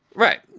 right.